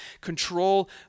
control